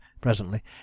presently